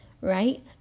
right